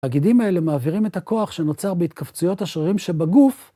הגידים האלה מעבירים את הכוח שנוצר בהתכווצויות השרירים שבגוף.